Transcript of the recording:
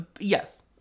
Yes